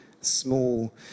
small